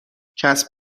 کسب